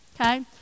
okay